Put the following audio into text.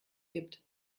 gibt